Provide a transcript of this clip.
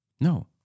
No